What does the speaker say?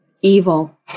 Evil